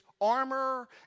armor